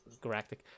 galactic